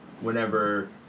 whenever